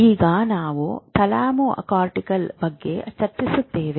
ಈಗ ನಾವು ಥಾಲಮೊಕಾರ್ಟಿಕಲ್ ಬಗ್ಗೆ ಚರ್ಚಿಸುತ್ತೇವೆ